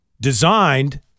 designed